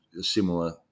similar